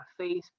Facebook